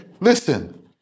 Listen